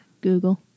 Google